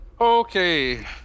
Okay